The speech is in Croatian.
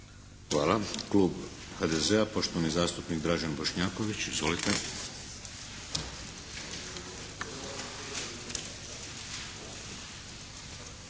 Hvala. Klub HDZ-a, poštovani zastupnik Dražen Bošnjaković. Izvolite.